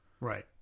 Right